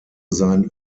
sein